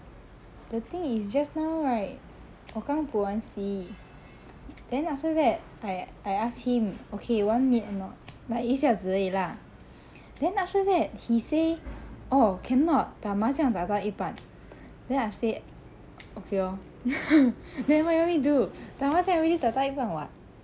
the thing is just now right 我刚补完习 then after that I I asked him okay want meet or not but 一下子而已啦 then after that he say orh cannot 打麻将打到一半:da ma jiangang da dao yi ban then I say okay lor then what you want me to do 打麻将:da ma jiangang already 打到一半 [what]